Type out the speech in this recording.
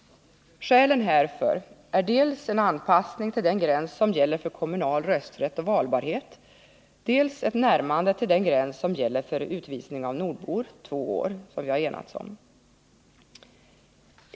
Skälen härför är bl.a. att man vill uppnå dels en anpassning till den gräns som gäller för kommunal rösträtt och valbarhet, dels ett närmande till den gräns som gäller för utvisning av nordbor, dvs. två år.